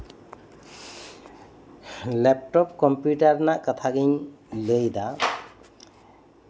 laptop computer ᱨᱮᱭᱟᱜ ᱠᱟᱛᱷᱟ ᱜᱤᱧ ᱞᱟᱹᱭᱮᱫᱟ